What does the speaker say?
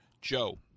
Joe